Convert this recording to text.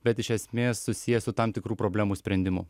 bet iš esmės susiję su tam tikrų problemų sprendimu